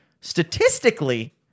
statistically